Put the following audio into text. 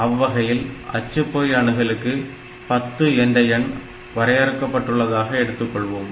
அவ்வகையில் அச்சுப்பொறி அணுகலுக்கு 10 என்ற எண் வரையறுக்கப்பட்டுள்ளதாக எடுத்துக்கொள்வோம்